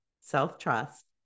self-trust